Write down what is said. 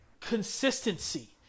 consistency